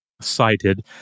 cited